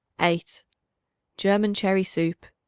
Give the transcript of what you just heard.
eight german cherry soup.